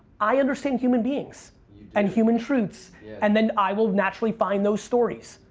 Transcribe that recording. i understand human beings and human truths and then i will naturally find those stories.